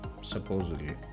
supposedly